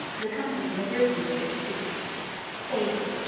the company had risen to its feet daisy,